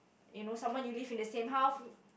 you know someone you live in the same house